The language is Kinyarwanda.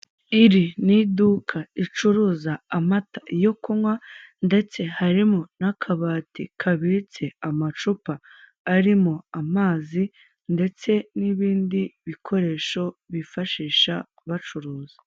Iri ni iduka ricuruza amata yo kunywa, ndetse harimo n'akabati kabitse amacupa arimo amazi, ndetse n'ibindi bikoresho bifashisha bacuruza.